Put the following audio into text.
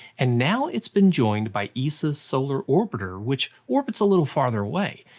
and now it's been joined by esa's solar orbiter which orbits a little further away.